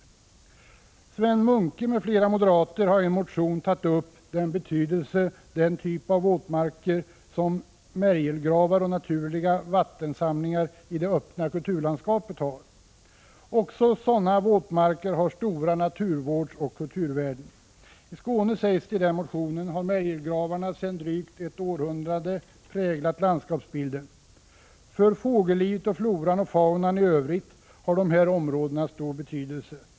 Sven Munke m.fl. moderater har i en motion tagit upp betydelsen av den typ av våtmarker som märgelgravar och naturliga vattensamlingar i kulturlandskapet utgör. Också sådana våtmarker har stora naturvårdsoch kulturvärden. I Skåne, sägs det i motionen, har märgelgravarna sedan drygt ett århundrade präglat landskapsbilden. För fågellivet och floran och faunan i övrigt har de här områdena stor betydelse.